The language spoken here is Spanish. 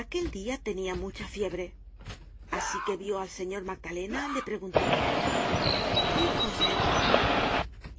aquel dia tenia mucha fiebre asi que vió al señor magdalena le preguntó y cosette